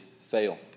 fail